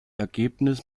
ergebnis